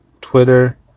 Twitter